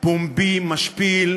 פומבי משפיל,